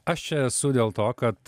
aš čia esu dėl to kad